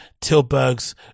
Tilburg's